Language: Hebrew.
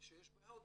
שיש בהודו,